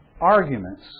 arguments